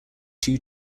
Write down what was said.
two